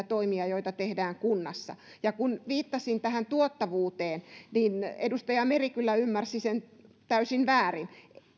toimia joita tehdään kunnassa kun viittasin tähän tuottavuuteen niin edustaja meri kyllä ymmärsi sen täysin väärin